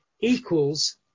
equals